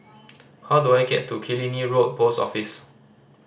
how do I get to Killiney Road Post Office